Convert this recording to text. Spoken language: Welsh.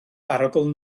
arogl